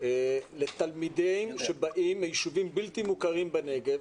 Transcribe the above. תלמידים שבאים מיישובים בלתי מוכרים בנגב